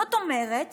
זאת אומרת